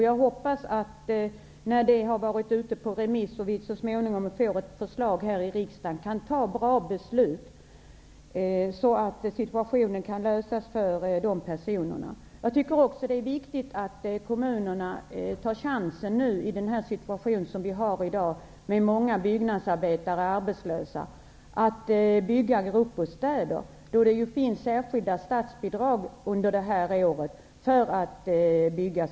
När förslaget har varit ute på remiss och vi så småningom får ett förslag till riksdagen hoppas jag att vi kan fatta ett bra beslut så att problemen kan lösas för de berörda personerna. I dag har vi en situation då många byggnadsarbetare är arbetslösa. Det är därför viktigt att kommunerna tar chansen att bygga gruppbostäder, eftersom det finns särskilda statsbidrag under detta år för sådana ändamål.